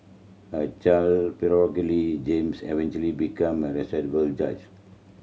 a child James eventually became a respected judge